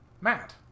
matt